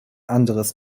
anderes